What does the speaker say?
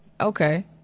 Okay